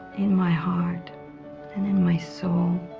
in my heart and in my soul